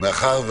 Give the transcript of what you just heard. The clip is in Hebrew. אם כך,